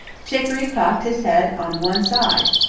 chicoree cocked his head on one side,